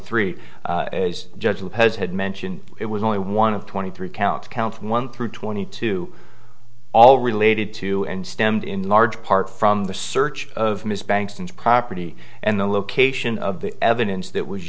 three as judge of has had mentioned it was only one of twenty three counts counts one through twenty two all related to and stemmed in large part from the search of ms banks and property and the location of the evidence that was